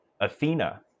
athena